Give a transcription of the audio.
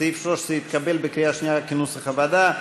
סעיף 13 התקבל בקריאה שנייה, כנוסח הוועדה.